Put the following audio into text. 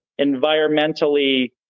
environmentally